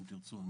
אם תרצו.